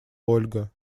ольга